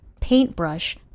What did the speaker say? paintbrush